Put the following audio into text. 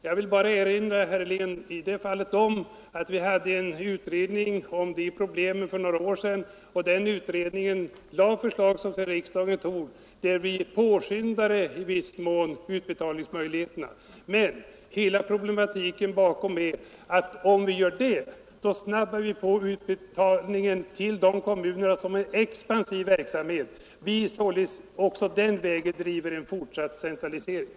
Jag vill bara erinra herr Helén om att vi hade en utredning om de problemen för några år sedan, och den utredningen lade fram förslag som sedan riksdagen tog och som innebar att vi i viss mån påskyndade utbetalningsmöj ligheterna. Men hela den bakomliggande problematiken är att om vi gör Nr 105 det, snabbar vi på utbetalningen till de kommuner som har expansiv verk Onsdagen den samhet, så att vi också den vägen bedriver en fortsatt centralisering.